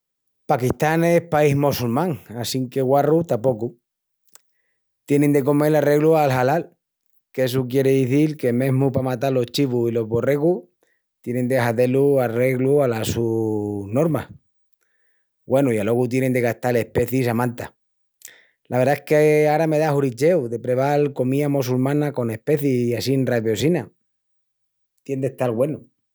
Pakistán es país mossulmán assinque guarru tapocu. Tienin de comel arreglu al halal, qu'essu quieri izil que mesmu pa matal los chivus i los borregus tienin de hazé-lu arreglu alas sus normas. Güenu, i alogu tienin de gastal especis a manta. La verdá es que ara me da huricheu de preval comía mossulmana con especis i assín raviosina. Tien d'estal güenu.